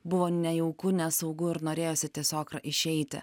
buvo nejauku nesaugu ir norėjosi tiesiog išeiti